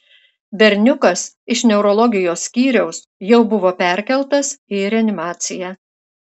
berniukas iš neurologijos skyriaus jau buvo perkeltas į reanimaciją